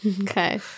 okay